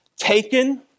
taken